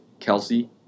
Kelsey